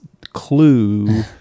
clue